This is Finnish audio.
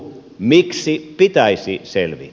miksi pitäisi selvitä